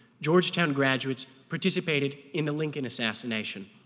georgetown graduates participated in the lincoln assassination.